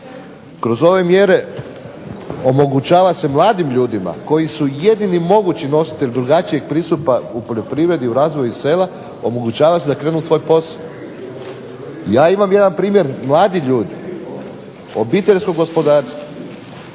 Kroz ove mjere omogućava se mladim ljudima koji su jedini mogući nositelj drugačijeg pristupa u poljoprivredi, u razvoju sela omogućava se .../Govornik se ne razumije./... I ja imam jedan primjer mladih ljudi, obiteljsko gospodarstvo.